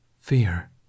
Fear